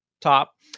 top